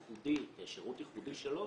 כשירות ייחודי של עו"ש,